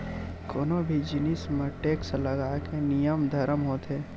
कोनो भी जिनिस म टेक्स लगाए के नियम धरम होथे